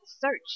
search